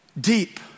deep